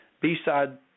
B-side